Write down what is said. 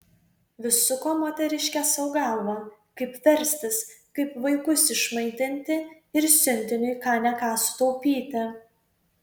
vis suko moteriškė sau galvą kaip verstis kaip vaikus išmaitinti ir siuntiniui ką ne ką sutaupyti